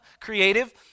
creative